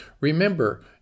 Remember